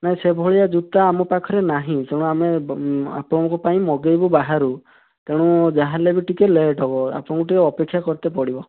ନାଇଁ ସେଭଳିଆ ଜୋତା ଆମ ପାଖରେ ନାହିଁ ତେଣୁ ଆମେ ଆପଣଙ୍କ ପାଇଁ ମଗାଇବୁ ବାହାରୁ ତେଣୁ ଯାହା ହେଲେ ବି ଟିକେ ଲେଟ୍ ହେବ ଆପଣଙ୍କୁ ଟିକେ ଅପେକ୍ଷା କରିତେ ପଡ଼ିବ